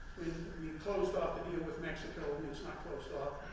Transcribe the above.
we and closed off the deal with mexico, and it's not closed off,